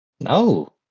No